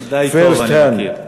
די טוב אני מכיר.